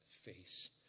face